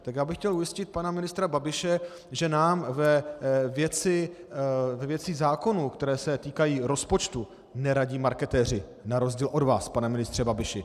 Tak já bych chtěl ujistit pana ministra Babiše, že nám ve věcech zákonů, které se týkají rozpočtu, neradí marketéři, na rozdíl od vás, pane ministře Babiši.